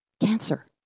Cancer